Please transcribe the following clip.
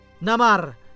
Namar